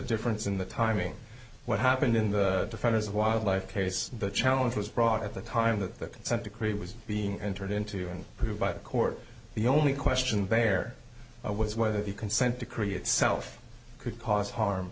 difference in the timing what happened in the defenders of wildlife case the challenge was brought at the time that the consent decree was being entered into and who by the court the only question there was whether the consent decree itself could cause